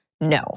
no